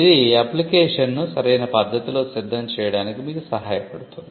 ఇది అప్లికేషన్ను సరైన పద్ధతిలో సిద్ధం చేయడానికి మీకు సహాయపడుతుంది